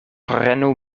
prenu